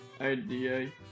idea